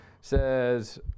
says